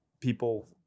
people